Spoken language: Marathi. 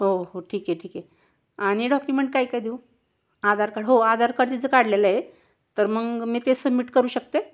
हो हो ठीक आहे ठीक आहे आणि डॉक्युमेंट काय काय देऊ आधार कार्ड हो आधार कार्ड तिचं काढलेलं आहे तर मग मी ते सबमिट करू शकते